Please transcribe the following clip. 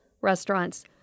restaurants